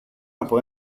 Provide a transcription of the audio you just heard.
από